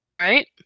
Right